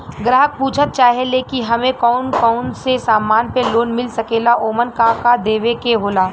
ग्राहक पुछत चाहे ले की हमे कौन कोन से समान पे लोन मील सकेला ओमन का का देवे के होला?